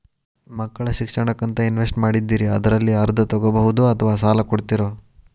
ಮಕ್ಕಳ ಶಿಕ್ಷಣಕ್ಕಂತ ಇನ್ವೆಸ್ಟ್ ಮಾಡಿದ್ದಿರಿ ಅದರಲ್ಲಿ ಅರ್ಧ ತೊಗೋಬಹುದೊ ಅಥವಾ ಸಾಲ ಕೊಡ್ತೇರೊ?